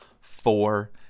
four